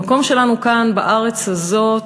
המקום שלנו כאן, בארץ הזאת,